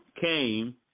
came